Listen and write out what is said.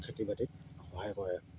খেতি বাতিত সহায় কৰে